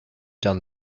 done